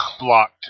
blocked